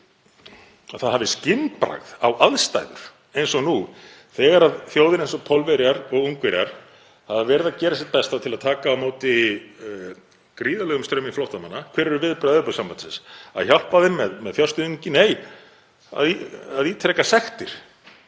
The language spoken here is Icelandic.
það hafi skynbragð á aðstæður eins og nú þegar þjóðir eins og Pólverjar og Ungverjar hafa verið að gera sitt besta til að taka á móti gríðarlegum straumi flóttamanna. Hver eru viðbrögð Evrópusambandsins? Að hjálpa þeim með fjárstuðningi? Nei, að ítreka sektir